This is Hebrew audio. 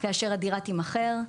כאשר הדירה תימכר,